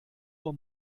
uhr